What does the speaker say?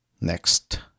Next